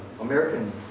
American